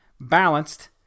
balanced